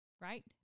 Right